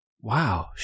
Wow